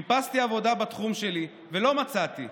חיפשתי עבודה בתחום שלי ולא מצאתי.